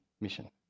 mission